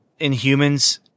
Inhumans